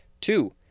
Two